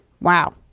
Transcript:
wow